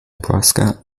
nebraska